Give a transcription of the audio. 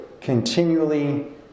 continually